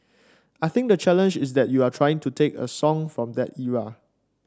I think the challenge is that you are trying to take a song from the era